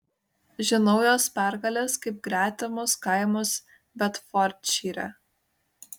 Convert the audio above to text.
žinau jos pergales kaip gretimus kaimus bedfordšyre